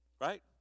right